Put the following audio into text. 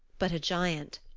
but a giant.